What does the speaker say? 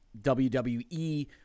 WWE